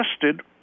tested